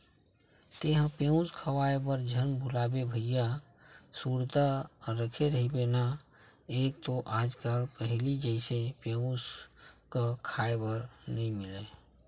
तेंहा पेयूस खवाए बर झन भुलाबे भइया सुरता रखे रहिबे ना एक तो आज कल पहिली जइसे पेयूस क खांय बर नइ मिलय